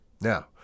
Now